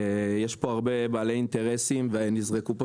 יש פה הרבה בעלי אינטרסים ונזרקו פה